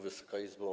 Wysoka Izbo!